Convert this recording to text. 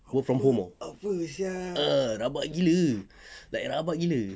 work from home orh ah rabak gila like rabak gila